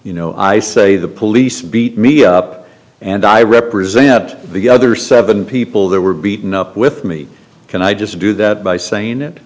you know i say the police beat me up and i represent the other seven people there were beaten up with me can i just do that by saying it